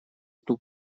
эту